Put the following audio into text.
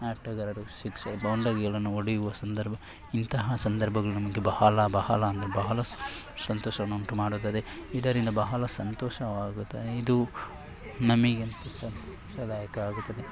ಆಟಗಾರರು ಸಿಕ್ಸ ಬೌಂಡರಿಗಳನ್ನು ಹೊಡೆಯುವ ಸಂದರ್ಭ ಇಂತಹ ಸಂದರ್ಭಗಳು ನಮಗೆ ಬಹಳ ಬಹಳ ಅಂದರೆ ಬಹಳ ಸಂತೋಷವನ್ನುಂಟು ಮಾಡುತ್ತದೆ ಇದರಿಂದ ಬಹಳ ಸಂತೋಷವಾಗುತ್ತದೆ ಇದು ನಮಗೆ ಅಂತೂ ಸಂತೋಷದಾಯಕವಾಗುತ್ತದೆ